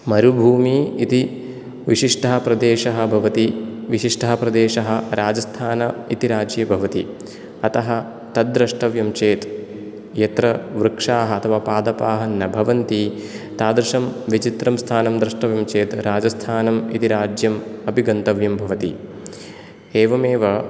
मरुभूमि इति विशिष्टः प्रदेशः भवति विशिष्टः प्रदेशः राजस्थान इति राज्ये भवति अतः तद् दृष्टव्यं चेत् यत्र वृक्षाः अथवा पादपाः न भवन्ति तादृशं विचित्रं स्थानं दृष्टव्यं चेत् राजस्थानं इति राज्यम् अपि गन्तव्यं भवति एवमेव